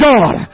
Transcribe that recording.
God